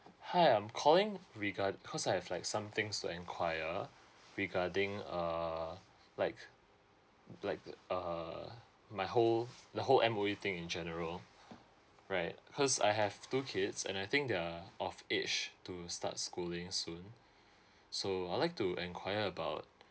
hi I'm calling regard! cause I have like some things to enquire regarding uh like like uh my whole the whole M_O_E thing in general right cause I have two kids and I think they are of age to start schooling soon so I would like to enquire about